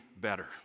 better